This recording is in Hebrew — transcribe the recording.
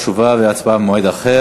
תשובה והצבעה במועד אחר.